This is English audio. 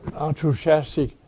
enthusiastic